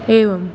एवम्